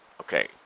okay